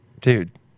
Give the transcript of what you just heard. Dude